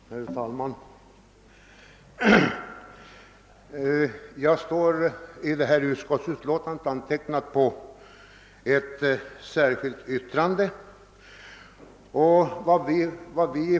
Herr talman! Beträffande det ifrågavarande utskottsutlåtandet återfinns jag bland dem som står bakom ett särskilt yttrande.